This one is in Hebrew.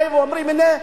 באים ואומרים: הנה,